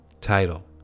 Title